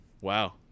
Wow